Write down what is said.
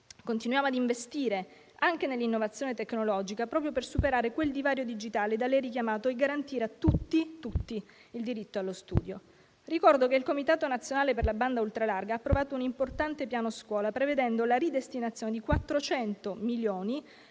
Continuiamo a investire anche nell'innovazione tecnologica, proprio per superare quel divario digitale da lei richiamato e garantire a tutti, ma proprio a tutti, il diritto allo studio. Ricordo che il Comitato nazionale per la banda ultralarga ha approvato un importante piano scuola, prevedendo la ridestinazione di 400 milioni